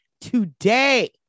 today